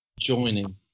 joining